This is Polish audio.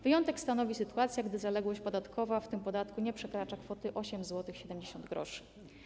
Wyjątek stanowi sytuacja, gdy zaległość podatkowa w tym podatku nie przekracza kwoty 8,70 zł.